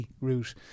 route